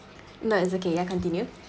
no it's okay ya continue